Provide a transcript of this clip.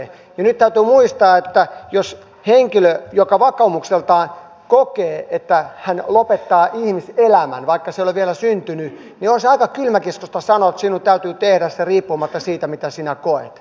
nyt täytyy muistaa että jos henkilö vakaumukseltaan kokee että hän lopettaa ihmiselämän vaikka ihminen ei ole vielä syntynyt niin on aika kylmäkiskoista sanoa että sinun täytyy tehdä se riippumatta siitä mitä sinä koet